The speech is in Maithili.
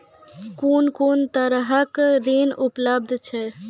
कून कून तरहक ऋण उपलब्ध छै?